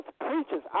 preachers